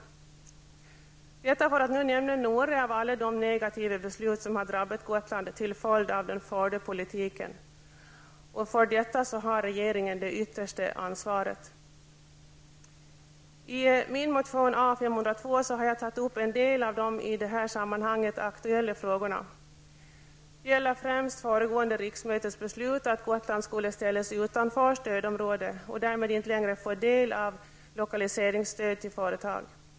Detta för att nu nämna några av alla de negativa beslut som drabbat Gotland till följd av den förda politiken. För detta har regeringen det yttersta ansvaret. I min motion A502 har jag tagit upp en del av de i detta sammanhang aktuella frågorna. Det gäller främst föregående riksmötes beslut att Gotland skulle ställas utanför stödområde och därmed inte längre få del av lokaliseringsstöd till företag.